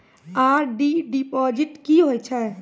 RD deposit की होय छै?